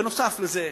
נוסף על זה,